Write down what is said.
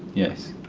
yes.